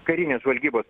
karinės žvalgybos